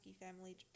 family